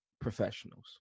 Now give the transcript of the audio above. professionals